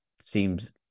seems